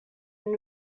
are